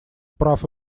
прав